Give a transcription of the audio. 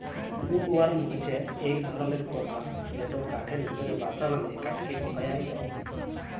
would worm হছে ইক ধরলর পকা যেট কাঠের ভিতরে বাসা বাঁধে কাঠকে খয়ায় দেই